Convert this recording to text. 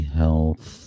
health